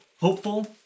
hopeful